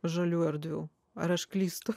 žalių erdvių ar aš klystu